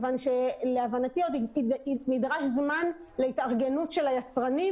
כי להבנתי נדרש זמן להתארגנות של היצרנים,